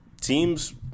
teams